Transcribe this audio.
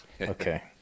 Okay